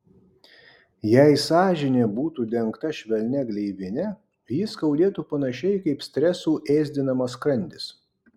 jei sąžinė būtų dengta švelnia gleivine ji skaudėtų panašiai kaip stresų ėsdinamas skrandis